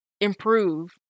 improve